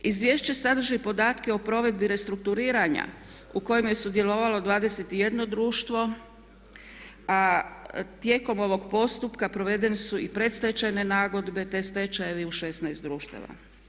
Izvješće sadrži podatke o provedbi restrukuriranja u kojemu je sudjelovalo 21 društvo a tijekom ovog postupka provedene su i predstečajne nagodbe te stečajevi u 16 društava.